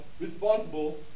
responsible